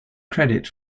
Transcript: credit